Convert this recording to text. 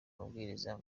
amabwiriza